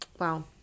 Wow